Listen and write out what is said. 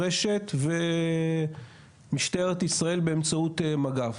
רשת ומשטרת ישראל באמצעות מג"ב,